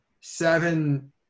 seven